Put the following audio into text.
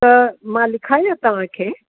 त मां लिखायां तव्हां खे